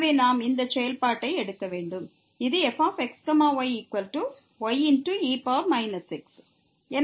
எனவே நாம் இந்த செயல்பாட்டை எடுக்க வேண்டும் இது fx yye x